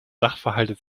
sachverhalte